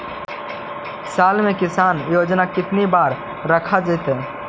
साल में किसान योजना कितनी बार रखा जाता है?